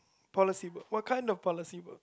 policy work what kinda policy work